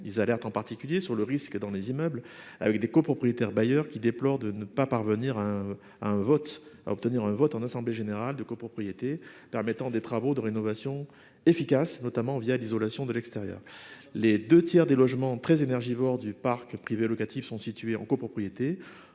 Ils alertent en particulier sur le risque observé dans les immeubles, avec des copropriétaires bailleurs qui déplorent de ne pas parvenir à obtenir un vote en assemblée générale de copropriété permettant des travaux de rénovation efficaces, notamment l'isolation par l'extérieur. Les deux tiers des logements très énergivores du parc privé locatif sont situés en copropriété.